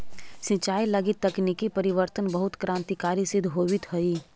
सिंचाई लगी तकनीकी परिवर्तन बहुत क्रान्तिकारी सिद्ध होवित हइ